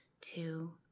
two